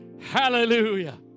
hallelujah